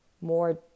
More